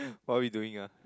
what are we doing